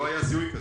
לא היה זיהוי כזה.